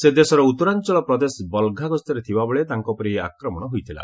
ସେ ଦେଶର ଉତ୍ତରାଞ୍ଚଳ ପ୍ରଦେଶ ବଲ୍ଘା ଗସ୍ତରେ ଥିବାବେଳେ ତାଙ୍କ ଉପରେ ଏହି ଆକ୍ମଣ ହୋଇଥିଲା